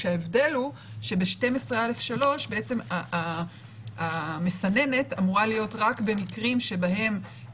כשההבדל הוא שב-12(א)(3) המסננת אמורה להיות רק במקרים שבהם